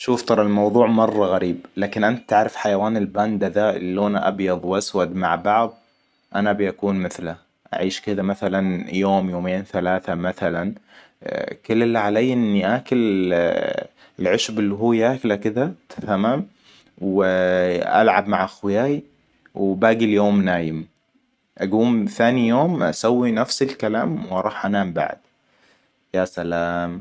شوف ترى الموضوع مرة غريب لكن أنت تعرف حيوان الباندا ذا اللي لونه ابيض واسود مع بعض انا أبي اكون مثله اعيش كذا مثلاً يوم يومين ثلاثة مثلاً كل اللي علي إني أكل العشب اللي هو ياكله كذا تمام؟ العب مع اخوياي وباقي اليوم نايم. اقوم ثاني يوم اسوي نفس الكلام واروح انام بعد. يا سلام